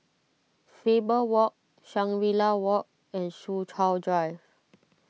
Faber Walk Shangri La Walk and Soo Chow Drive